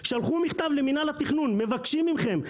שלחו מכתב למינהל התכנון: "מבקשים מכם,